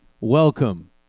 welcome